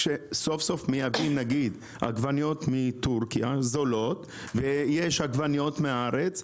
כשסוף סוף מייבאים נגיד עגבניות מטורקיה זולות ויש עגבניות מהארץ,